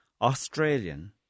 Australian